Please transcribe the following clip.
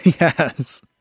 Yes